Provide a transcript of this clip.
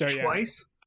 twice